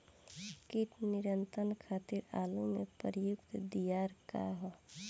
कीट नियंत्रण खातिर आलू में प्रयुक्त दियार का ह?